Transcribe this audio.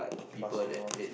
basketball